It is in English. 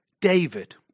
David